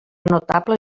notable